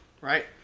right